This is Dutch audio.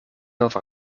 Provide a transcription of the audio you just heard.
over